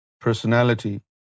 personality